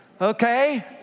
okay